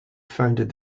founded